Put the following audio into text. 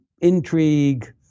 intrigue